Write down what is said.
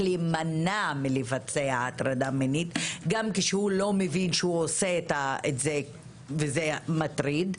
להימנע מלבצע הטרדה מינית גם כשהוא לא מבין שהוא עושה את זה וזה מטריד.